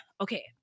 Okay